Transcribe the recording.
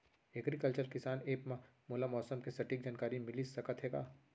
Agriculture किसान app मा मोला मौसम के सटीक जानकारी मिलिस सकत हे का?